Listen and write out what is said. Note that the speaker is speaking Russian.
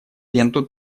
ленту